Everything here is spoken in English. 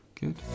Good